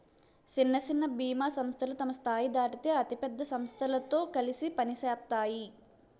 సిన్న సిన్న బీమా సంస్థలు తమ స్థాయి దాటితే అయి పెద్ద సమస్థలతో కలిసి పనిసేత్తాయి